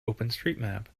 openstreetmap